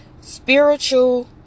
spiritual